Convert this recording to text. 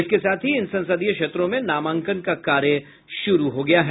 इसके साथ ही इन संसदीय क्षेत्रों में नामांकन का कार्य शुरू हो गया है